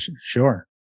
sure